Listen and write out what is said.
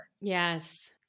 Yes